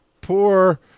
poor